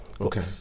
Okay